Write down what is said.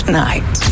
night